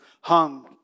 hung